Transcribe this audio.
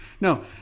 No